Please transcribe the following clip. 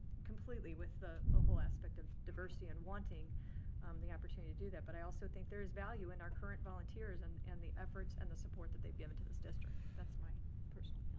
completely with the ah whole aspect of diversity and wanting um the opportunity to do that. but i also think there is value in our current volunteers and and the efforts and the support that they've given to this district. that's my personal